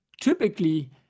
typically